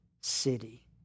city